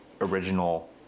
original